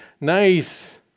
nice